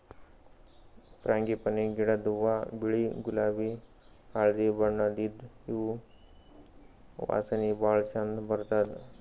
frangipani ಗಿಡದ್ ಹೂವಾ ಬಿಳಿ ಗುಲಾಬಿ ಹಳ್ದಿ ಬಣ್ಣದ್ ಇದ್ದ್ ಇವ್ ವಾಸನಿ ಭಾಳ್ ಛಂದ್ ಇರ್ತದ್